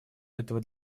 этого